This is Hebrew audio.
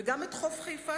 וגם את חוף חיפה,